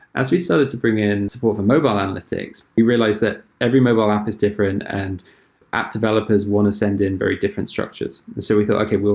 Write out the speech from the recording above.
as we started to bring in support from mobile analytics, we realized that every mobile app is different and app developers want to send in very different structures. so we thought, okay.